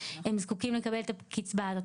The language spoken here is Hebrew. הם זקוקים לקבל את הקצבה הזאת.